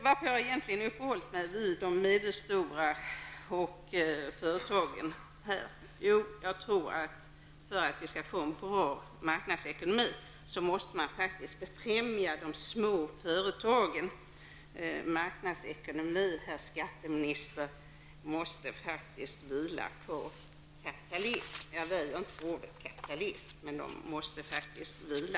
Varför har jag uppehållit mig vid de medelstora företagen? Jo, jag tror att för att vi skall få en bra marknadsekonomi måste man befrämja de små företagen. Marknadsekonomi, herr skatteminister, måste faktiskt vila på kapitalism. Jag väjer inte för ordet kapitalism.